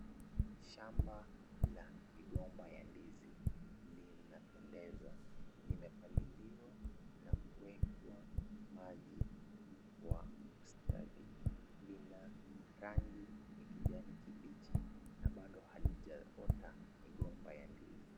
Shamba la migomba ya ndizi linapendeza, limepaliliwa na kuwekwa maji kwa ustadi. Lina rangi ya kijani kibichi na bado halijaota migomba ya ndizi.